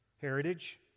Heritage